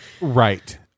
Right